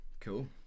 Cool